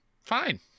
fine